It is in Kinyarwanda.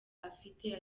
afite